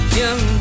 young